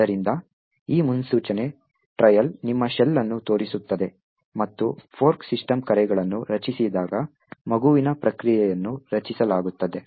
ಆದ್ದರಿಂದ ಈ ಮುನ್ಸೂಚಕ ಟ್ರೈಲ್ ನಿಮ್ಮ ಶೆಲ್ ಅನ್ನು ತೋರಿಸುತ್ತದೆ ಮತ್ತು ಫೋರ್ಕ್ ಸಿಸ್ಟಮ್ ಕರೆಗಳನ್ನು ರಚಿಸಿದಾಗ ಮಗುವಿನ ಪ್ರಕ್ರಿಯೆಯನ್ನು ರಚಿಸಲಾಗುತ್ತದೆ